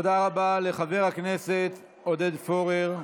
תודה רבה לחבר הכנסת עודד פורר.